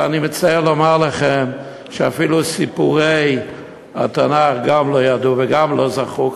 ואני מצטער לומר לכם שאפילו סיפורי התנ"ך גם לא ידעו וגם לא זכרו,